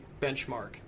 benchmark